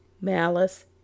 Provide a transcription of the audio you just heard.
malice